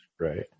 Right